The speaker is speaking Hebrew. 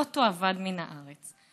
לא תאבד מן הארץ.